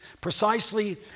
precisely